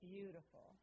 Beautiful